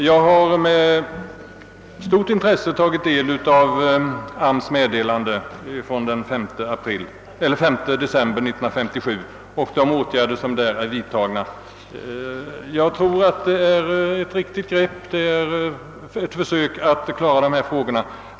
Jag har med stort intresse tagit del av arbetsmarknadsstyrelsens meddelande av den 5 december 1967 rörande de åtgärder som vidtages. Jag tror det är ett riktigt grepp när det gäller att försöka lösa dessa problem.